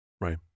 Right